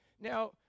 Now